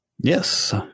Yes